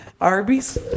Arby's